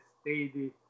steady